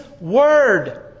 Word